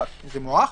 זה מוארך,